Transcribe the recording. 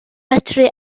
medru